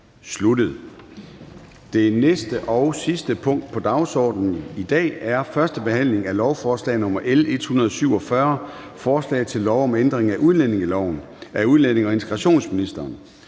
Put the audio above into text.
sluttet. --- Det sidste punkt på dagsordenen er: 3) 1. behandling af lovforslag nr. L 147: Forslag til lov om ændring af udlændingeloven.